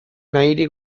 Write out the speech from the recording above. nahirik